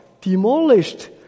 demolished